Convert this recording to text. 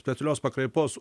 specialios pakraipos